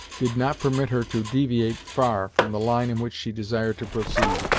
did not permit her to deviate far from the line in which she desired to proceed.